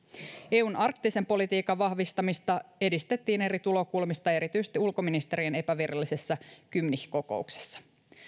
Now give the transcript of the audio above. eun arktisen politiikan vahvistamista edistettiin eri tulokulmista erityisesti ulkoministerien epävirallisessa gymnich kokouksessa